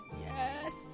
Yes